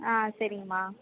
ஆ சரிங்கமா